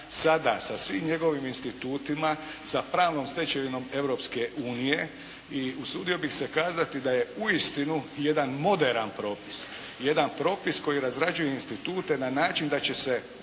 sada sa svim njegovim institutima, sa pravnom stečevinom Europske unije. I usudio bih se kazati da je uistinu jedan moderan propis. Jedan propis koji razrađuje institute na način da će se